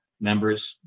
members